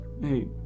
Hey